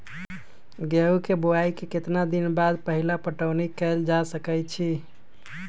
गेंहू के बोआई के केतना दिन बाद पहिला पटौनी कैल जा सकैछि?